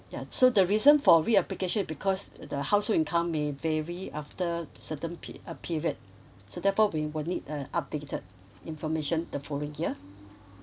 ya so the reason for reapplication is because the household income may vary after certain p~ uh period so therefore we will need a updated information the following year